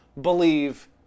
believe